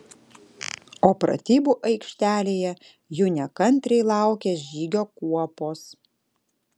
o pratybų aikštelėje jų nekantriai laukė žygio kuopos